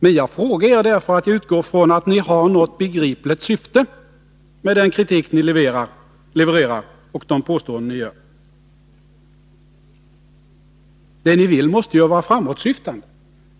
Men jag frågar er, därför att jag utgår från att ni har något begripligt syfte med den kritik ni levererar och de påståenden ni gör. Det ni vill måste ju vara framåtsyftande.